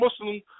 Muslim